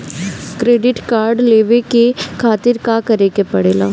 Credit card लेवे के खातिर का करेके पड़ेला?